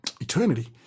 Eternity